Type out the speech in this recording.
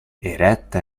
eretta